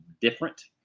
different